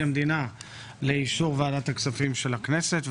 המדינה לאישור ועדת הכספים של הכנסת.